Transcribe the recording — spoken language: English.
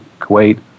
Kuwait